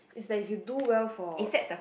is like if you do well for